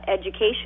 education